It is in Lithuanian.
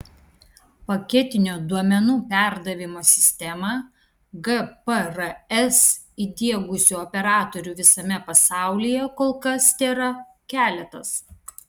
paketinio duomenų perdavimo sistemą gprs įdiegusių operatorių visame pasaulyje kol kas tėra keletas